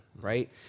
right